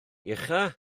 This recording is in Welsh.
uchaf